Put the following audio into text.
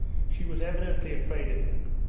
she was evidently afraid of him.